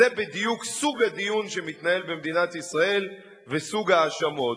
בדיוק סוג הדיון שמתנהל במדינת ישראל וסוג ההאשמות.